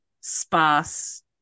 sparse